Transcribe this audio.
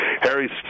Harry